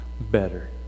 better